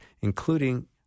including